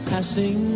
Passing